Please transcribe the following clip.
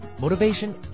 motivation